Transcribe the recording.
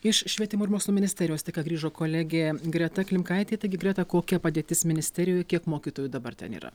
iš švietimo ir mokslo ministerijos tik ką grįžo kolegė greta klimkaitė taigi greta kokia padėtis ministerijoje kiek mokytojų dabar ten yra